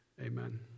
Amen